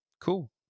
cool